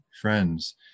friends